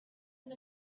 and